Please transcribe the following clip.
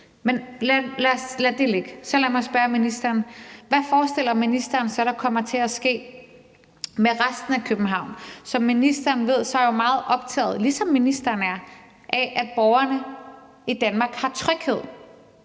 men lad det ligge. Så lad mig spørge ministeren: Hvad forestiller ministeren sig der kommer til at ske med resten af København? Som ministeren ved, er jeg jo meget optaget, ligesom ministeren er, af, at borgerne i Danmark har tryghed.